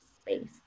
space